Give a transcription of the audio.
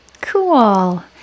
cool